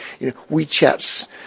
WeChat's